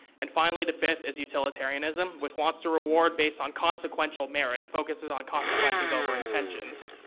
and finally, the fifth is utilitarianism, which wants to reward based on consequential merit, it focuses on consequences over intentions.